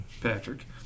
Patrick